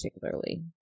particularly